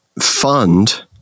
fund